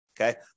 Okay